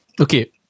Okay